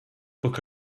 book